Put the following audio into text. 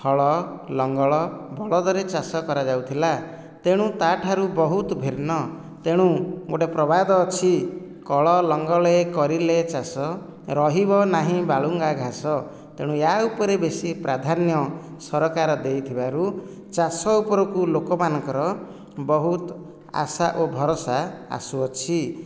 ହଳ ଲଙ୍ଗଳ ବଳଦରେ ଚାଷ କରାଯାଉଥିଲା ତେଣୁ ତା' ଠାରୁ ବହୁତ ଭିନ୍ନ ତେଣୁ ଗୋଟିଏ ପ୍ରବାଦ ଅଛି କଳ ଲଙ୍ଗଳେ କରିଲେ ଚାଷ ରହିବ ନାହିଁ ବାଳୁଙ୍ଗା ଘାସ ତେଣୁ ୟା ଉପରେ ବେଶୀ ପ୍ରାଧ୍ୟାନ ସରକାର ଦେଇଥିବାରୁ ଚାଷ ଉପରକୁ ଲୋକମାନଙ୍କର ବହୁତ ଆଶା ଓ ଭରଷା ଆସୁଅଛି